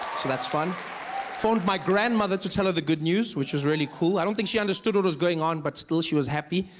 that's fun phoned my grandmother to tell her the good news, which was really cool i don't think she understood what was going on, but still she was happy.